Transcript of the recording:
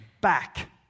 back